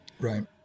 Right